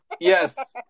Yes